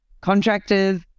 Contractors